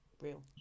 real